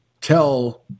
tell